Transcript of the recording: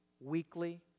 weekly